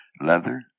leather